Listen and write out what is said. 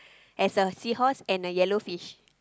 there's a seahorse and a yellow fish